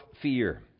fear